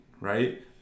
right